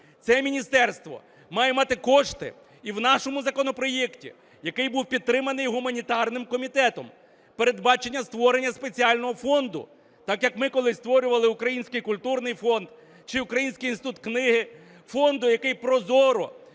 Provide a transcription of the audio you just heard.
Це міністерство має мати кошти, і в нашому законопроекті, який був підтриманий гуманітарним комітетом, передбачено створення спеціального фонду, так як ми колись створювали Український культурний фонд чи Український інститут книги, – фонду, який прозоро